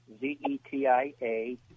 Z-E-T-I-A